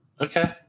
Okay